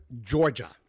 Georgia